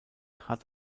hat